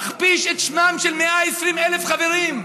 מכפיש את שמם של 120,000 חברים.